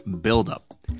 buildup